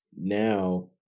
now